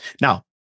Now